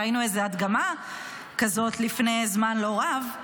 ראינו איזו הדגמה כזאת לפני זמן לא רב,